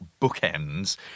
bookends